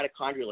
mitochondrial